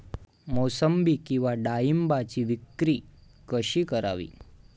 मोसंबी किंवा डाळिंबाची विक्री कशी करावी?